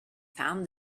found